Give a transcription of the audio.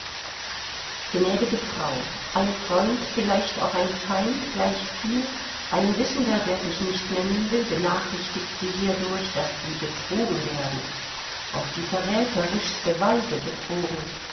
gnädige frau ein freund vielleicht auch ein feind gleichviel ein wissender der sich nicht nennen will benachrichtigt sie hierdurch daß sie betrogen werden auf die verräterischste weise betrogen